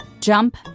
Jump